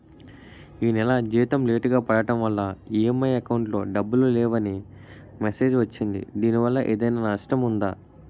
ఈ నెల జీతం లేటుగా పడటం వల్ల ఇ.ఎం.ఐ అకౌంట్ లో డబ్బులు లేవని మెసేజ్ వచ్చిందిదీనివల్ల ఏదైనా నష్టం ఉందా?